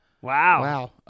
wow